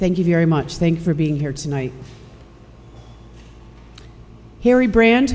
thank you very much thanks for being here tonight harry brand